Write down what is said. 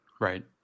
Right